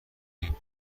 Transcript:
بگه